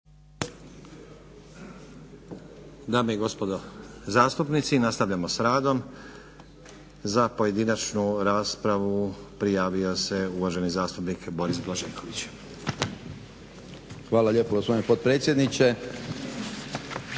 Dame i gospodo zastupnici, nastavljamo s radom. Za pojedinačnu raspravu prijavio se uvaženi zastupnik Boris Blažeković. **Blažeković, Boris